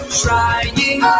trying